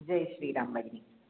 जय् श्रीराम् भगिनी